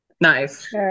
nice